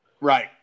Right